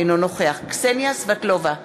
אינו נוכח קסניה סבטלובה,